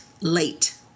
late